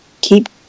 keep